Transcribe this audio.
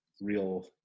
real